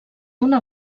una